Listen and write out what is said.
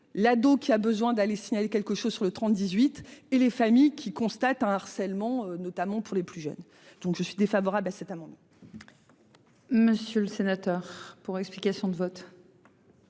l'ado qui a besoin d'aller signaler quelque chose sur le 30 18 et les familles qui constate un harcèlement notamment pour les plus jeunes. Donc je suis défavorable à cet amendement. Monsieur le sénateur pour explication de vote.